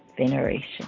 veneration